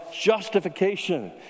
justification